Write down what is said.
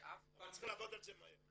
צריך לעבוד על זה מהר.